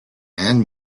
and